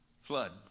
flood